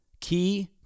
Key